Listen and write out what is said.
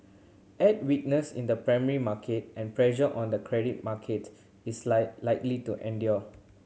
add weakness in the primary market and pressure on the credit market is like likely to endure